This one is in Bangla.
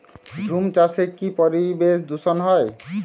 ঝুম চাষে কি পরিবেশ দূষন হয়?